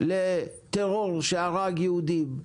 לטרור שהרג יהודים,